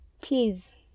Please